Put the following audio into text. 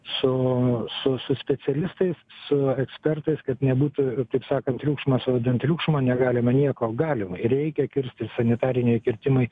su su su specialistais su ekspertais kad nebūtų taip sakant triukšmas vardan triukšmo negalima nieko galima ir reikia kirsti sanitariniai kirtimai